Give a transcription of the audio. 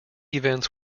events